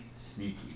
sneaky